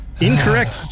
Incorrect